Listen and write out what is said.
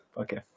Okay